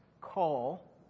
call